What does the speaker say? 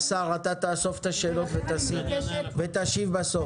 השר, אתה תאסוף את השאלות ותשיב בסוף.